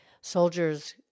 soldiers